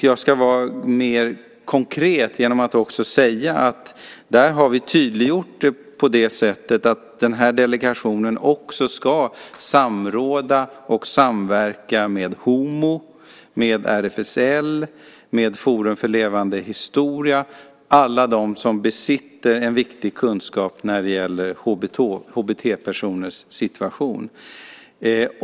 Jag ska vara mer konkret genom att säga att vi har tydliggjort det på det sättet att delegationen också ska samråda och samverka med HomO, med RFSL och med Forum för levande historia, alla de som besitter en viktig kunskap när det gäller HBT-personers situation.